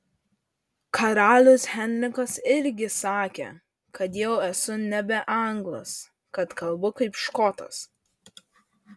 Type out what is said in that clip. karalius henrikas irgi sakė kad jau esu nebe anglas kad kalbu kaip škotas